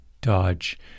Dodge